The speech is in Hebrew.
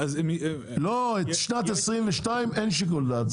לא את שנת 2022 אין שיקול דעת,